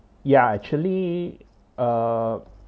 ya actually uh